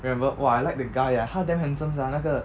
remember !wah! I like the guy eh 他 damn handsome sia 那个